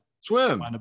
Swim